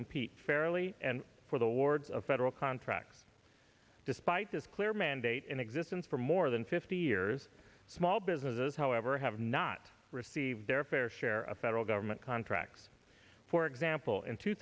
compete fairly and for the wards of federal contracts despite this clear mandate in existence for more than fifty years small businesses however have not received their fair share of federal government contracts for example in two